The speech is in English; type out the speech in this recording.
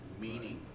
meaning